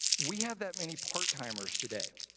we have that many part-timers today.